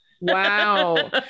wow